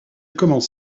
commence